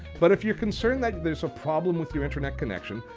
but if you're concerned that there's a problem with your internet connection,